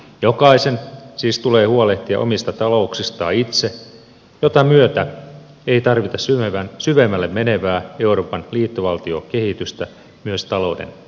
jokaisen siis tulee huolehtia omista talouksistaan itse jota myötä ei tarvita syvemmälle menevää euroopan liittovaltiokehitystä myös talouden takia